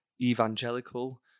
evangelical